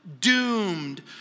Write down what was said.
doomed